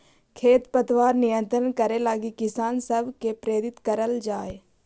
खेर पतवार नियंत्रण करे लगी किसान सब के प्रेरित करल जाए